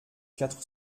quatre